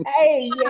Hey